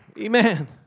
Amen